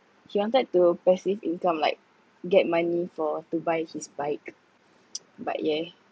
he wanted to passive income like get money for to buy his bike but yeah